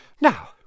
Now